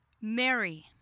Mary